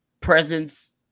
presence